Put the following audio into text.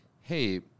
Hey